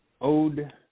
Ode